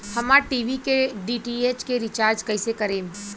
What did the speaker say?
हमार टी.वी के डी.टी.एच के रीचार्ज कईसे करेम?